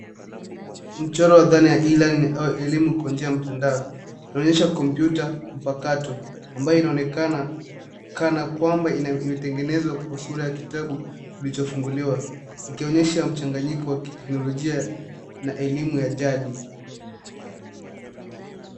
Mchoro wa dhana ya e-lerning au elimu kwa njia ya mtandao. Inaonyesha kompyuta mpakato, ambayo inaonekana, kana kwamba inatengenezwa kwa sura ya kitabu kilichofunguliwa. Ikionyesha mchanganyiko wa teknolojia na elimu ya jadi.